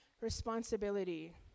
responsibility